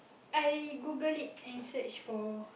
I Google it and search for